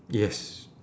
yes